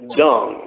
dung